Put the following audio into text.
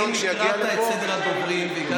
האם הקראת את סדר הדוברים והגעת אליי,